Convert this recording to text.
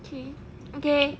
okay